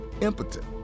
impotent